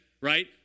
right